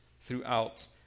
throughout